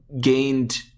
gained